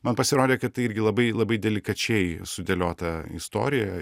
man pasirodė kad tai irgi labai labai delikačiai sudėliota istorija